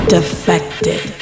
defected